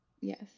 Yes